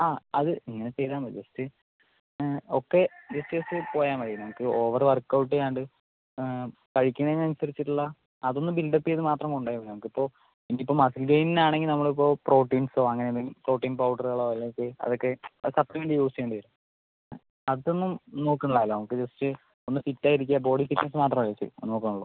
ആ അത് ഇങ്ങന ചെയ്താൽ മതി ജസ്റ്റ് ഒക്കെ ജസ്റ്റ് ജസ്റ്റ് പോയാൽ മതി നമുക്ക് ഓവർ വർക്ക് ഔട്ട് ചെയ്യാണ്ട് കഴിക്കുന്നതിന് അനുസരിച്ചിട്ടുള്ള അതൊന്ന് ബിൽഡ് അപ്പ് ചെയ്ത് മാത്രം കൊണ്ടുപോയാൽ മതി നമ്മക്കിപ്പോൾ ഇത് ഇപ്പോൾ മസിൽ ഗെയിനിന് ആണെങ്കിൽ നമ്മളിപ്പോൾ പ്രോട്ടീൻസോ അങ്ങനെ എന്തെങ്കിലും പ്രോട്ടീൻ പൗഡറുകളോ അല്ലെങ്കിൽ അതൊക്കെ പത്ത് മിനിറ്റ് യൂസ് ചെയ്യേണ്ടി വരും അത് ഒന്നും നോക്കണിലാല്ലോ നമുക്ക് ജസ്റ്റ് ഒന്ന് ഫിറ്റ് ആയിരിക്കാൻ ബോഡി ഫിറ്റിംഗ്സ് മാത്രം വച്ച് നോക്കണുള്ളൂ